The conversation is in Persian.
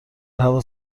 هوا